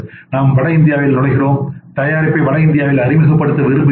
நாம் வட இந்தியாவில் நுழைகிறோம் தயாரிப்பை வட இந்தியாவில் அறிமுகப்படுத்த விரும்புகிறோம்